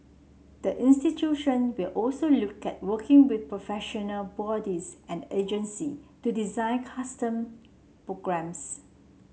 the institution will also look at working with professional bodies and agency to design custom programmes